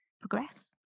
progress